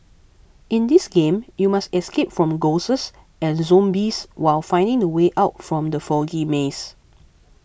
in this game you must escape from ghosts and zombies while finding the way out from the foggy maze